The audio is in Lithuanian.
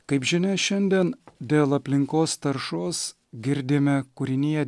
kaip žinia šiandien dėl aplinkos taršos girdime kūriniją